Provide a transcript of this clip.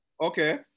okay